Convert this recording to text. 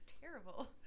Terrible